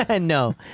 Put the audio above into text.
No